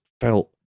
felt